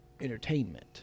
entertainment